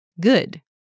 Good